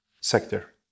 sector